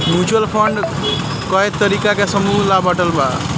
mutual fund कए तरीका के समूह में बाटल बा